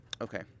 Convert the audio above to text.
Okay